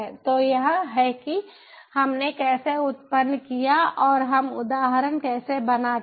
तो यह है कि हमने कैसे उत्पन्न किया और हम उदाहरण कैसे बनाते हैं